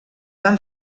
van